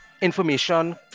information